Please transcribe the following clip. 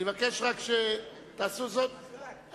אני אבקש רק שתעשו זאת,